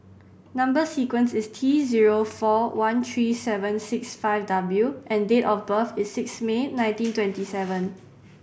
number sequence is T zero four one three seven six five W and date of birth is six May nineteen twenty seven